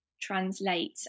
translate